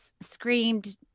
screamed